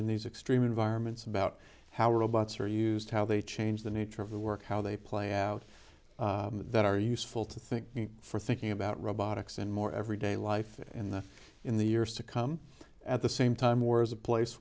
in these extreme environments about how robots are used how they change the nature of the work how they play out that are useful to think for thinking about robotics and more every day life in the in the years to come at the same time or as a place